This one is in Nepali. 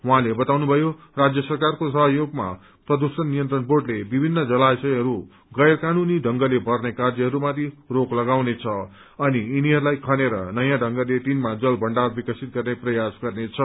उहाँले बताउनुभयो राज्य सरकारको सहयोगमा प्रदूषण नियन्त्रण बोर्डले विभिन्न जलशयहरू गैर कानूनी ढंगले भर्ने कार्यहरूमाथि रोक लगाउनेछ अनि यिनीहरूलाई खनेर नयाँ ढंगले टिनमा जल भण्डार विकसित गर्ने प्रयास गर्नेछ